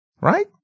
Right